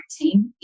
team